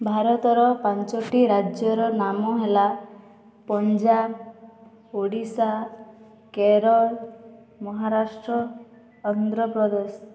ଭାରତର ପାଞ୍ଚୋଟି ରାଜ୍ୟର ନାମ ହେଲା ପଞ୍ଜାବ ଓଡ଼ିଶା କେରଳ ମହାରାଷ୍ଟ୍ର ଆନ୍ଧ୍ରପ୍ରଦେଶ